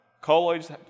Colloids